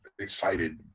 excited